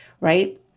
right